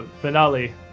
Finale